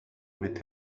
mit